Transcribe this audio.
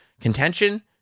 contention